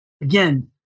Again